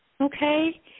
Okay